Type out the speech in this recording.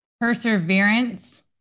perseverance